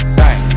bang